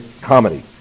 comedy